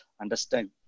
understand